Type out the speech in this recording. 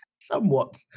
somewhat